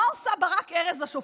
מה עושה ברק ארז השופטת?